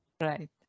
right